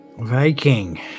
Viking